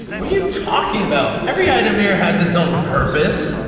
what are you talking about? every item here has its own purpose!